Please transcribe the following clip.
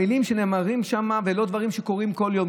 המילים שנאמרות שם הן לא בדברים שקורים כל יום,